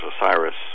Osiris